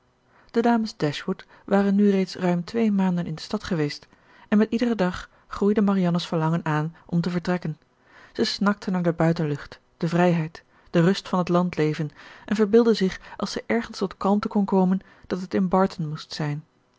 de dames dashwood waren nu reeds ruim twee maanden in de stad geweest en met iederen dag groeide marianne's verlangen aan om te vertrekken zij snakte naar de buitenlucht de vrijheid de rust van het landleven en verbeeldde zich als zij ergens tot kalmte kon komen dat het in barton moest zijn